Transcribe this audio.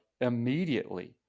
immediately